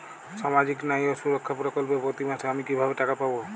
সামাজিক ন্যায় ও সুরক্ষা প্রকল্পে প্রতি মাসে আমি কিভাবে টাকা পাবো?